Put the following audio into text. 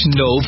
no